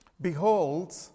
Behold